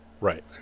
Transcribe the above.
right